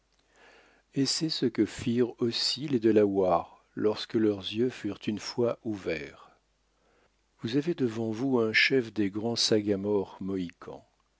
et c'est ce que firent aussi les delawares lorsque leurs yeux furent une fois ouverts vous avez devant vous un chef des grands sagamores mohicans